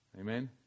Amen